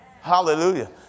Hallelujah